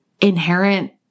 inherent